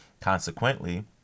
consequently